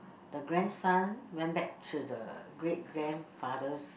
the grandson went back to the great grandfather's